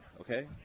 Okay